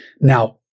Now